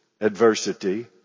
Adversity